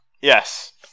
Yes